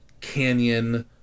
canyon